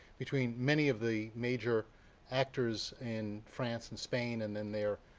between many of the major actors in france and spain, and then their